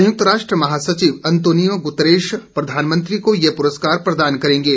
संयुक्त राष्ट्र महासचिव अंतोनियो गुतरेश प्रधानमंत्री को यह पुरस्कार प्रदान करेंगे